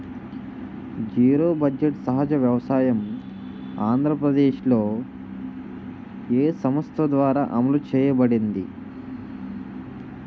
Zero budget సహజ వ్యవసాయం ఆంధ్రప్రదేశ్లో, ఏ సంస్థ ద్వారా అమలు చేయబడింది?